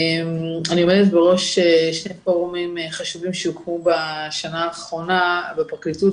עומדת בראש שני פורומים חשובים שהוקמו בשנה האחרונה בפרקליטות,